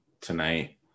tonight